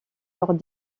lors